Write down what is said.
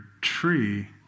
tree